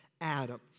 Adam